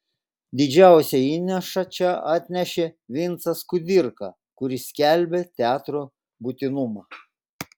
didžiausią įnašą čia atnešė vincas kudirka kuris skelbė teatro būtinumą